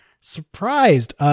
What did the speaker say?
surprised